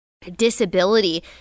disability